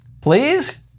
Please